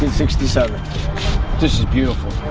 sixty seven this is beautiful